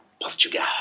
Portugal